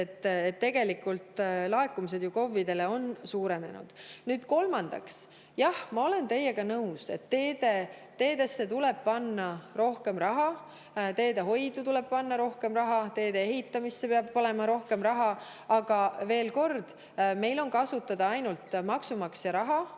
aruteludest, et laekumised KOV‑idele on suurenenud. Kolmandaks. Jah, ma olen teiega nõus, et teedesse tuleb panna rohkem raha, teehoidu tuleb panna rohkem raha, teede ehitamiseks peab olema rohkem raha. Aga veel kord: meil on kasutada ainult maksumaksja raha